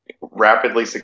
rapidly